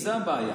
זו הבעיה.